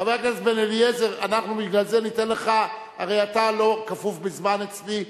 חבר הכנסת בן-אליעזר, הרי אתה לא כפוף לזמן אצלי,